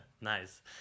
nice